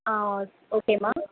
ஆ ஓகேம்மா